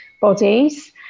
bodies